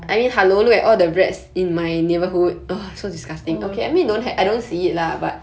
oh